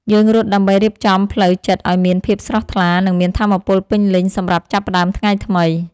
យើងរត់ដើម្បីរៀបចំផ្លូវចិត្តឱ្យមានភាពស្រស់ថ្លា និងមានថាមពលពេញលេញសម្រាប់ចាប់ផ្ដើមថ្ងៃថ្មី។